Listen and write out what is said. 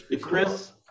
Chris